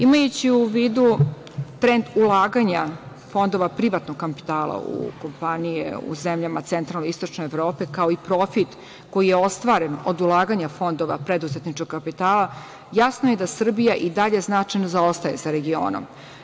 Imajući u vidu trend ulaganja fondova privatnog kapitala u kompanije u zemljama centralno-istočne Evrope, kao i profit koji je ostvaren od ulaganja fondova preduzetničkog kapitala, jasno je da Srbija i dalje značajno zaostaje za regionom.